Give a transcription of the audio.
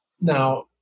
now